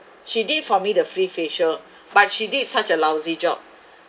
she did for me the free facial but she did such a lousy job